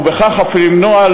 ובכך אפילו למנוע,